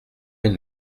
une